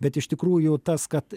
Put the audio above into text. bet iš tikrųjų tas kad